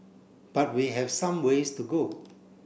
but we have some ways to go